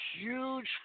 huge